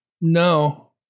No